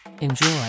Enjoy